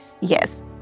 Yes